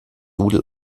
doodle